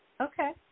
Okay